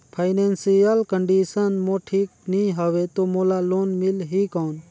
Financial condition मोर ठीक नी हवे तो मोला लोन मिल ही कौन??